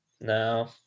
No